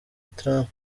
trump